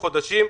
חודשים.